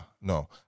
no